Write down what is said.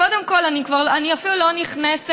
קודם כול, אני אפילו לא נכנסת,